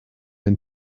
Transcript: ein